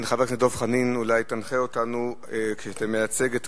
אני מצטער וכואב באופן אישי ובאופן לאומי שהנושא